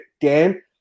Dan